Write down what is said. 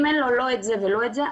אם אין לו לא את זה ולא את זה,